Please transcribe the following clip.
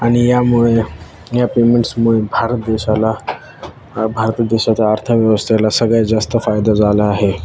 आणि यामुळे या पेमेंट्समुळे भारत देशाला भारत देशाच्या अर्थव्यवस्थेला सगळ्यात जास्त फायदा झाला आहे